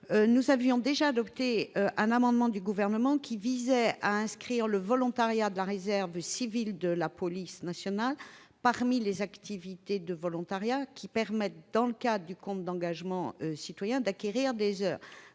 commission a déjà adopté un amendement du Gouvernement visant à inscrire le volontariat de la réserve civile de la police nationale parmi les activités de volontariat permettant, dans le cadre du compte engagement citoyen, d'acquérir des heures